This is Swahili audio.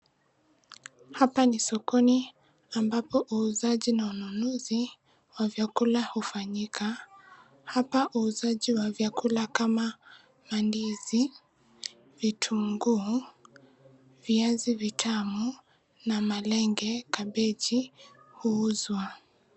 Hapa ni sokoni ambapo uuzaji na ununuzi wa vyakula hufanyika. Hapa uuzaji wa vyakula kama mandizi, vitunguu , viazi vitamu na malenge , kabeji huuzwa.